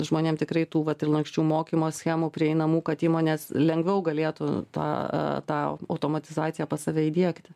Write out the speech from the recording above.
žmonėm tikrai tų vat ir lanksčių mokymo schemų prieinamų kad įmonės lengviau galėtų tą tą au automatizaciją pas save įdiegti